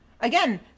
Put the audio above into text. again